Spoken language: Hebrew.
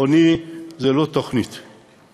עוני זה לא תוכנית,